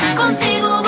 contigo